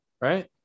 Right